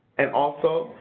and also,